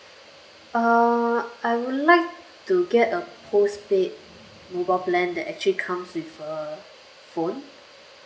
uh I would like to get a postpaid mobile plan that actually comes with a phone